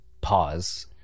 pause